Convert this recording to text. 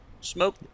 smoke